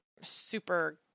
super